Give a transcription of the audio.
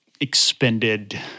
expended